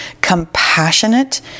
compassionate